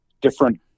different